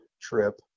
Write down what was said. trip